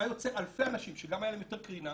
היה יוצא אלפי אנשים שגם היה להם יותר קרינה.